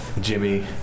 Jimmy